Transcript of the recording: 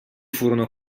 furono